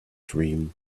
dream